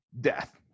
Death